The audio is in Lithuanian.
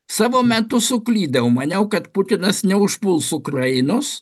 savo metu suklydau maniau kad putinas neužpuls ukrainos